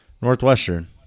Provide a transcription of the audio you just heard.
Northwestern